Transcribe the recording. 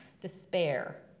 despair